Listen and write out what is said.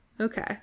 Okay